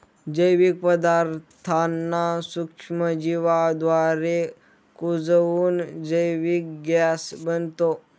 जैविक पदार्थांना सूक्ष्मजीवांद्वारे कुजवून जैविक गॅस बनतो